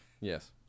yes